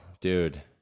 dude